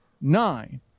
nine